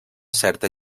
certa